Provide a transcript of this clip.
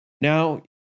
Now